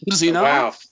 Wow